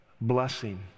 blessing